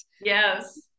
Yes